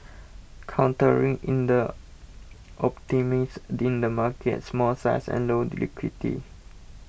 countering in the optimism in the market's small size and low liquidity